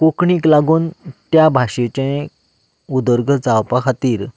कोंकणीक लागून त्या भाशेचें उदरगत जावपा खातीर